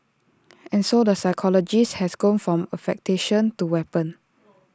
and so the psychologist has gone from affectation to weapon